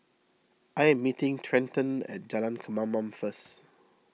I am meeting Trenten at Jalan Kemaman first